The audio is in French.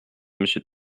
monsieur